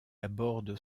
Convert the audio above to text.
aborde